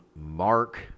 Mark